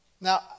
now